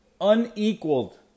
unequaled